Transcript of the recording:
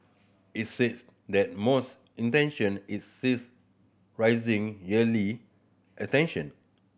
it says that most intention its size rising yearly attention